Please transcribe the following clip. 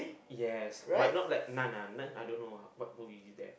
yes but not like nun ah nun I don't know ah what movie is that